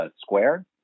square